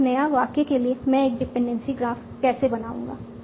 और एक नए वाक्य के लिए मैं एक डिपेंडेंसी ग्राफ कैसे बनाऊंगा